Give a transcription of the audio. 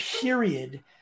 period